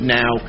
now